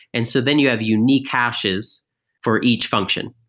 and so then you have unique hashes for each function.